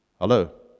Hello